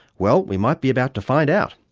well, we might be about to find out.